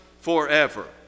forever